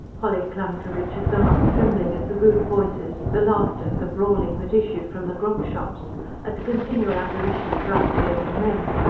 polly clung to richard's arm, trembling at the rude voices, the laughter, the brawling, that issued from the grog-shops at the continual apparition of rough, bearded men.